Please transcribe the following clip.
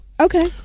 okay